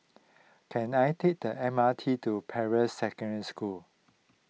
can I take the M R T to Peirce Secondary School